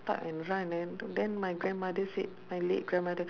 up and run and then my grandmother said my late grandmother